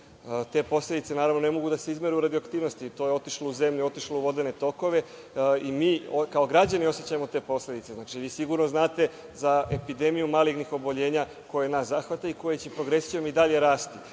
Te posledice, naravno, ne mogu da se izmere. Radioaktivnost je otišla u zemlju, otišla u vodene tokove. Mi kao građani osećamo te posledice. Sigurno znate za epidemiju malignih oboljenja koja nas zahvata i koja će progresijom i dalje rasti.